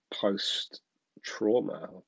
post-trauma